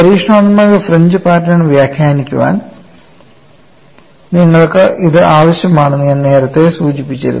പരീക്ഷണാത്മക fringe pattern വ്യാഖ്യാനിക്കാൻ നിങ്ങൾക്ക് ഇത് ആവശ്യമാണെന്ന് ഞാൻ നേരത്തെ സൂചിപ്പിച്ചിരുന്നു